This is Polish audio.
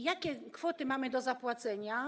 Jakie kwoty mamy do zapłacenia?